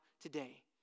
today